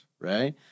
right